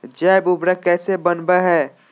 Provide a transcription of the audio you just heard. जैव उर्वरक कैसे वनवय हैय?